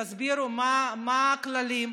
תסבירו מה הכללים,